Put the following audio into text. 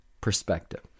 perspective